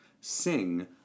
sing